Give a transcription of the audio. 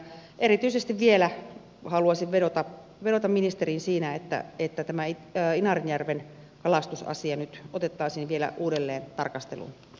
erityisesti vielä haluaisin vedota ministeriin siinä että tämä inarinjärven kalastusasia nyt otettaisiin vielä uudelleen tarkasteluun